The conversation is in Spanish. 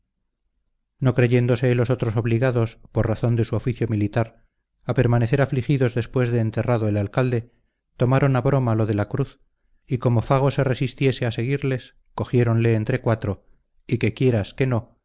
no creyéndose los otros obligados por razón de su oficio militar a permanecer afligidos después de enterrado el alcalde tomaron a broma lo de la cruz y como fago se resistiese a seguirles cogiéronle entre cuatro y que quieras que no